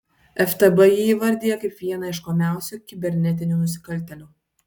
ftb jį įvardija kaip vieną ieškomiausių kibernetinių nusikaltėlių